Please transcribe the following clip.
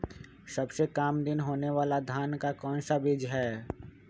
सबसे काम दिन होने वाला धान का कौन सा बीज हैँ?